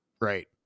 Right